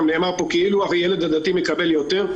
נאמר פה כאילו הילד הדתי מקבל יותר,